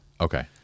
Okay